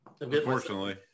Unfortunately